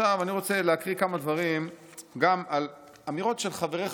עכשיו אני רוצה להקריא כמה דברים גם על אמירות של חבריך